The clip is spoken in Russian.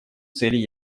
цели